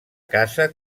casa